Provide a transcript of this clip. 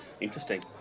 interesting